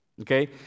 okay